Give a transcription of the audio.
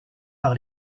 par